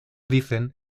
dicen